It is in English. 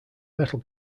metal